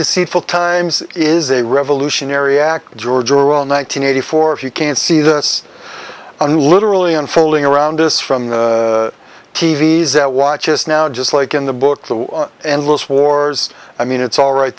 deceitful times is a revolutionary act george orwell nine hundred eighty four if you can't see this one literally unfolding around us from the t v s that watches now just like in the book the endless wars i mean it's all right